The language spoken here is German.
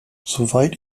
soweit